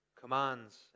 commands